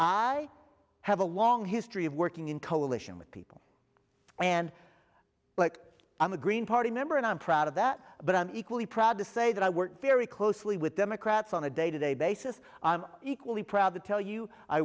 i have a long history of working in coalition with people and but i'm a green party member and i'm proud of that but i'm equally proud to say that i work very closely with democrats on a day to day basis and equally proud to tell you i